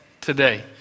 today